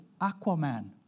Aquaman